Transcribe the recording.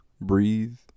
breathe